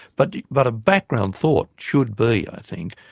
but but a background thought should be, i think,